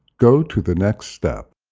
go to the next step.